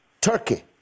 Turkey